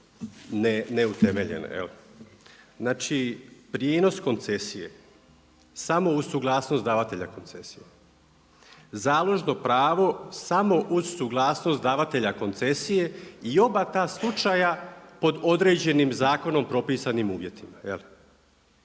neutemeljene. Znači prijenos koncesije samo uz suglasnost davatelja koncesija. Založno pravo samo uz suglasnost davatelja koncesije i oba ta slučaja pod određenim zakonom propisanim uvjetima.